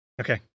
Okay